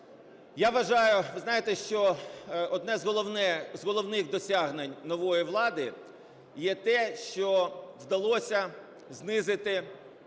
ви знаєте, що одне з головних досягнень нової влади є те, що вдалося знизити